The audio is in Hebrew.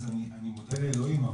אני מודה לאלוהים,